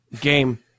game